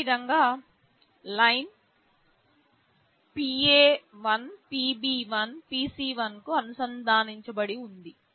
అదేవిధంగా line 1 PA1 PB1 PC1 కు అనుసంధానించబడి ఉంది